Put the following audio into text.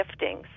giftings